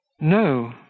No